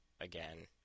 again